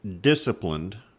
disciplined